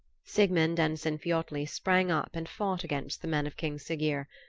sigmund and sinfiotli sprang up and fought against the men of king siggeir,